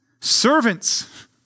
Servants